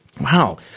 Wow